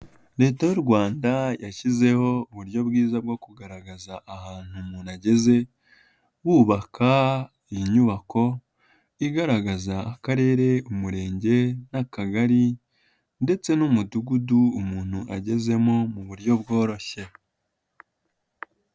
Leta y'u Rwanda yashyizeho uburyo bwiza bwo kugaragaza ahantu umuntu ageze, bubaka iyi nyubako igaragaza akarere, umurenge n'akagari ndetse n'umudugudu umuntu agezemo mu buryo bworoshye.